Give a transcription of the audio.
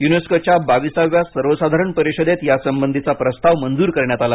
युनेस्कोच्या बावीसाव्या सर्वसाधारण परिषदेत यासंबंधीचा प्रस्ताव मंजूर करण्यात आला